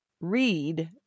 read